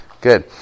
Good